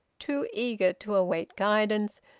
too eager to await guidance,